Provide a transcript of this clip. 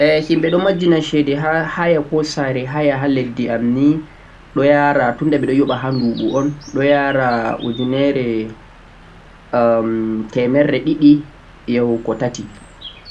Himɓe don maggina shede ha haya koh sare haya ha lesdi am ɗo yara ujunere temerre ɗiɗi yahugo tati ha nɗuɓu